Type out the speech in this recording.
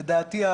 לדעתי,